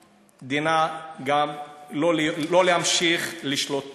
דינה, גם, לא להמשיך לשלוט פה.